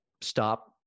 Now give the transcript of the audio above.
stop